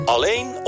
Alleen